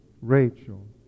Rachel